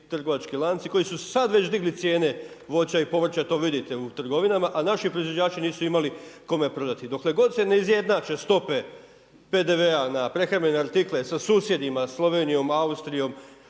trgovački lanci koji su sad već digli cijene voća i povrća, to vidite u trgovinama, a naši proizvođači nisu imali kome prodati. Dokle god se ne izjednače stope PDV-a na prehrambene artikle sa susjedima Slovenijom, Austrijom,